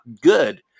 good